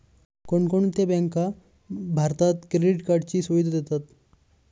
कोणकोणत्या बँका भारतात क्रेडिट कार्डची सुविधा देतात?